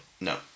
No